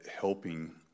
helping